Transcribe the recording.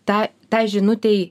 tą tą žinutėj